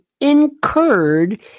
incurred